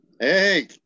Hey